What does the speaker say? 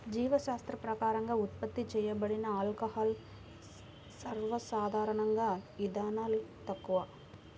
జీవశాస్త్రపరంగా ఉత్పత్తి చేయబడిన ఆల్కహాల్లు, సర్వసాధారణంగాఇథనాల్, తక్కువ